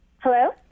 Hello